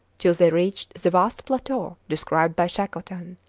till they reached the vast plateau described by shackleton.